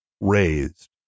raised